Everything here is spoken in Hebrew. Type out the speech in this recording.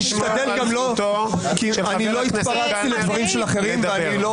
אני לא התפרצתי לדברים של אחרים.